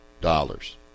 dollars